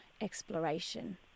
exploration